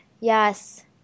Yes